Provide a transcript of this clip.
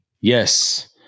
yes